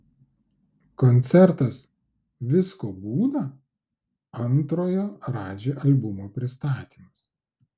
koncertas visko būna antrojo radži albumo pristatymas